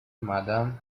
madam